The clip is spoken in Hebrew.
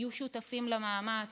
יהיו שותפים למאמץ,